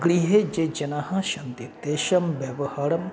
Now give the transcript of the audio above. गृहे ये जनाः सन्ति तेषां व्यवहारं